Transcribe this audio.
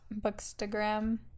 Bookstagram